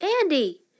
Andy